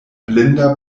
blinda